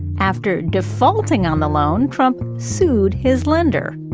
after defaulting on the loan, trump sued his lender,